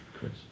Chris